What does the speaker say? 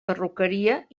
perruqueria